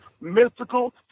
Mystical